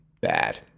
bad